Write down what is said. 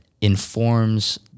informs